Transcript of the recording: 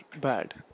bad